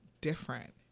different